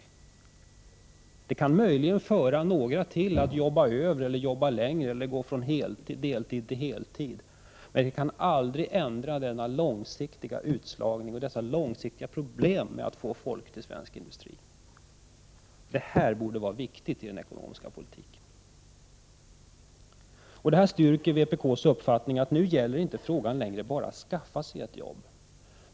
Sådant kan möjligen föranleda några att jobba över eller att gå över från deltid till heltid, men aldrig långsiktigt lösa problemen med utslagning och problemen med att få folk till svensk industri. Det här borde vara viktigt i den ekonomiska politiken! Detta styrker vpk:s uppfattning att det nu inte längre bara gäller att skaffa sig ett jobb.